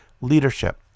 leadership